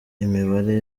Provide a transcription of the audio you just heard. imibare